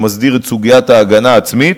שמסדיר את סוגיית ההגנה העצמית,